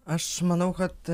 aš manau kad